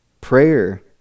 Prayer